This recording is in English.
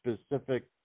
specific